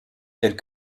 tels